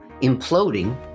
imploding